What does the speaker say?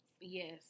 Yes